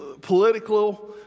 political